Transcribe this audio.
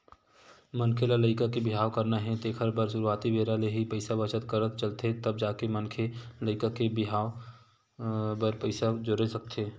मनखे ल लइका के बिहाव करना हे तेखर बर सुरुवाती बेरा ले ही पइसा बचत करत चलथे तब जाके मनखे लइका के बिहाव बर पइसा जोरे सकथे